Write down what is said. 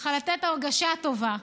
ככה לתת הרגשה טובה.